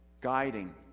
Guiding